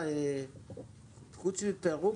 אבל חוץ מפירוק,